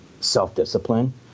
self-discipline